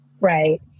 Right